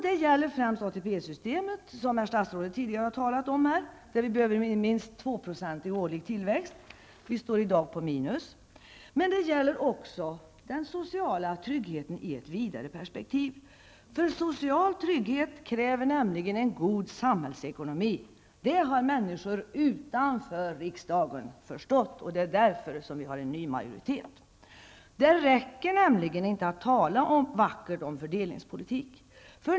Det gäller främst ATP-systemet, som herr statsrådet tidigare har talat om och där vi behöver minst en tvåprocentig årlig tillväxt. Vi står i dag på minus. Men det gäller också den sociala tryggheten i ett vidare perspektiv. Social trygghet kräver nämligen en god samhällsekonomi. Det har människor utanför riksdagen förstått, och det är därför som vi har en ny majoritet. Det räcker inte att tala vackert om fördelningspolitik.